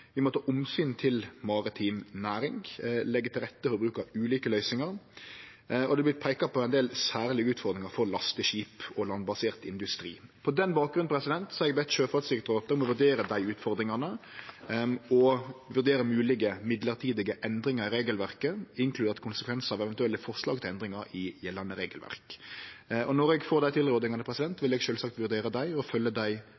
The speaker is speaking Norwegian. Vi må ta omsyn til maritim næring og leggje til rette for bruk av ulike løysingar. Det vert peika på ein del særlege utfordringar for lasteskip og landbasert industri. På den bakgrunn har eg bedt Sjøfartsdirektoratet om å vurdere dei utfordringane og vurdere moglege midlertidige endringar i regelverket, inkludert konsekvensar av eventuelle forslag til endringar i gjeldande regelverk. Når eg får dei tilrådingane, vil eg sjølvsagt vurdere dei